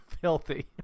filthy